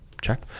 Check